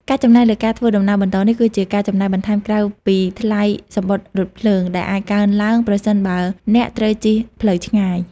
ការចំណាយលើការធ្វើដំណើរបន្តនេះ គឺជាការចំណាយបន្ថែមក្រៅពីថ្លៃសំបុត្ររថភ្លើង ដែលអាចកើនឡើងប្រសិនបើអ្នកត្រូវជិះផ្លូវឆ្ងាយ។